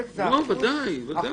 לא, ודאי, ודאי.